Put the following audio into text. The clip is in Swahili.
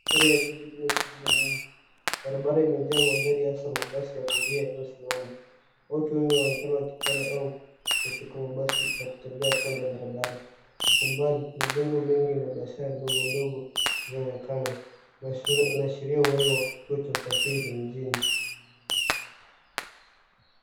Mandhari ya jiji lililo na shughuli nyingi. Barabara imejaa magari hasa mabasi ya abiria yaliyosimama. Watu wengi wanaonekana wakipanda au kushuka mabasi na kutembea kando ya barabara. Kwa umbali, majengo mengi na biashara ndogo ndogo zinaonekana. Unaashiria uhai wa kituo cha usafiri mjini.